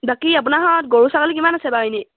বাকী আপোনাৰ ঘৰত গৰু ছাগলী কিমান আছে বাৰু এনেই